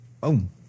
Boom